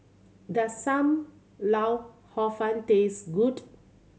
does Sam Lau Hor Fun taste good